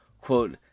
Quote